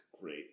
great